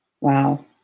Wow